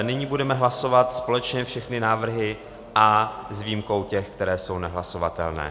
Nyní budeme hlasovat společně všechny návrhy A s výjimkou těch, které jsou nehlasovatelné.